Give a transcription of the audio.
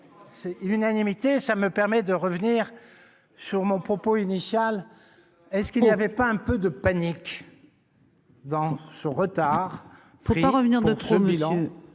l'unanimité, ça me permet de revenir sur mon propos initial est ce qu'il n'y avait pas un peu de panique. Dans ce retard, faut pas revenir